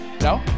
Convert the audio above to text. No